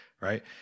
right